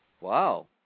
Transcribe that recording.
Wow